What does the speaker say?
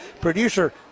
producer